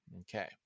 okay